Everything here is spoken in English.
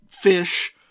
fish